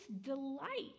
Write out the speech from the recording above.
delight